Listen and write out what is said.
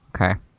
Okay